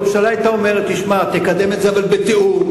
הממשלה היתה אומרת: תשמע, תקדם את זה, אבל בתיאום.